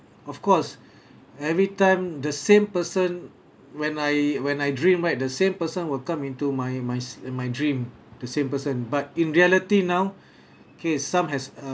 of course every time the same person when I when I dream right the same person will come into my my's my dream the same person but in reality now K some has uh